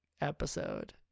episode